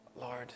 Lord